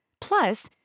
Plus